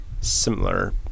similar